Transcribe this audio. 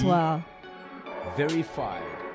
Verified